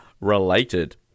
related